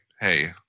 hey